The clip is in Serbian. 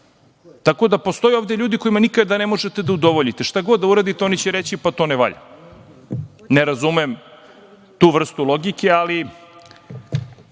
da postoje ovde ljudi kojima nikada ne možete da udovoljite. Šta god da uradite, oni će reći – pa to ne valja. Ne razumem tu vrstu logike, ali